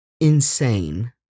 insane